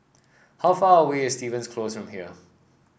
how far away is Stevens Close from here